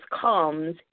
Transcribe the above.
comes